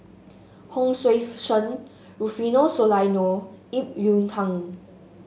Hon Sui Sen Rufino Soliano Ip Yiu Tung